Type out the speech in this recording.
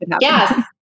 Yes